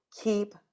keep